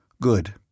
Good